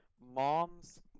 mom's